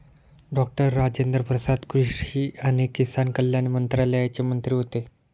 doctor Rajendra Prasad कृषी आणि किसान कल्याण मंत्रालयाचे मंत्री होते